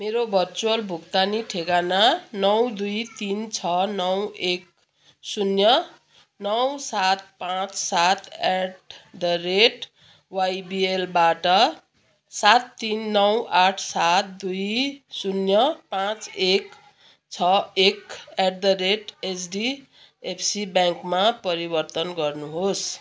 मेरो भर्चुअल भुक्तानी ठेगाना नौ दुई तिन छ नौ एक शून्य नौ सात पाँच सात एट द रेट वाइबिएलबाट सात तिन नौ आठ सात दुई शून्य पाँच एक छ एक एट द रेट एचडिएफसी ब्याङ्कमा परिवर्तन गर्नुहोस्